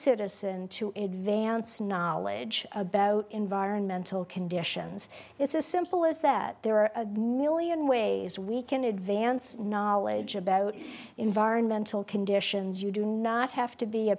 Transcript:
citizen to advance knowledge about environmental conditions it's as simple as that there are a million ways we can advance knowledge about environmental conditions you do not have to be a